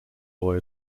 boy